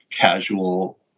casual